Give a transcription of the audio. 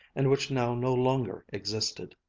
and which now no longer existed.